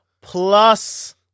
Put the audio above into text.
plus